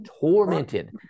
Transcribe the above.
tormented